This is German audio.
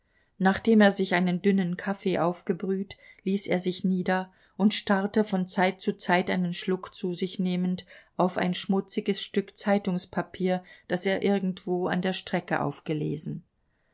nachdem er sich einen dünnen kaffee aufgebrüht ließ er sich nieder und starrte von zeit zu zeit einen schluck zu sich nehmend auf ein schmutziges stück zeitungspapier das er irgendwo an der strecke aufgelesen